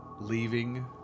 leaving